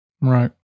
Right